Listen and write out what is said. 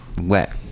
wet